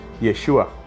Yeshua